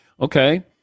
okay